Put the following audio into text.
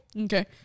Okay